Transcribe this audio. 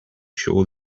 sure